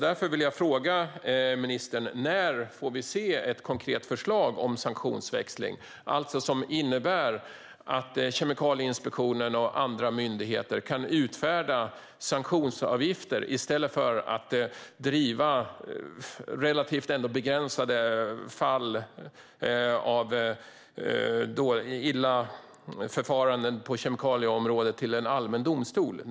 Därför vill jag fråga ministern: När får vi se ett konkret förslag om sanktionsväxling, som innebär att Kemikalieinspektionen och andra myndigheter kan utfärda sanktionsavgifter i stället för att driva relativt begränsade fall av dåliga förfaranden på kemikalieområdet till en allmän domstol?